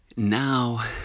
Now